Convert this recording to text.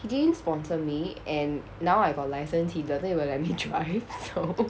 he didn't even sponsor me and now I got licence he doesn't even let me drive so